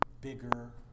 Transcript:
bigger